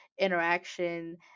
interaction